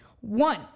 One